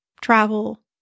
travel